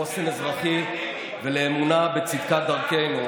לחוסן אזרחי ולאמונה בצדקת דרכנו,